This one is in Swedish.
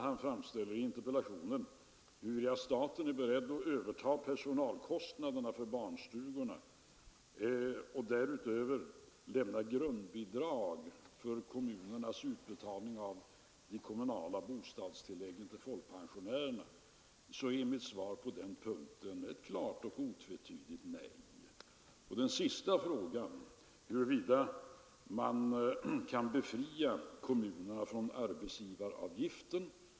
Han frågar i interpellationen huruvida staten är beredd att överta personalkostnaderna för barnstugorna och därutöver lämna grundbidrag för kommunernas utbetalning av kommunala bostadstillägg till folkpensionärerna. Mitt svar på den punkten är ett klart och otvetydigt nej. Den sista frågan gäller huruvida man kan befria kommunerna från arbetsgivaravgiften.